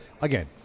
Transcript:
again